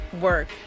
work